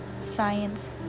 science